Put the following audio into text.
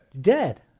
Dead